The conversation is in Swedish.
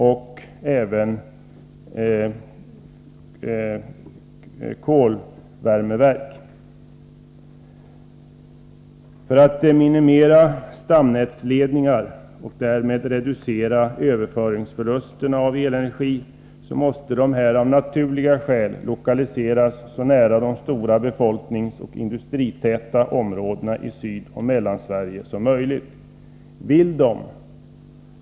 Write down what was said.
För att man skall kunna minimera stamnätsledningarna och därmed reducera överföringsförlusterna när det gäller elenergi måste dessa kraftverk lokaliseras så nära de stora befolkningsoch industritäta områdena i Sydoch Mellansverige som möjligt.